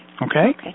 Okay